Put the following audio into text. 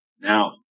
Now